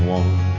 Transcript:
one